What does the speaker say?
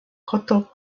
koto